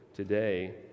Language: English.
Today